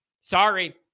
Sorry